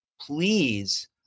please